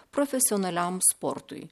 profesionaliam sportui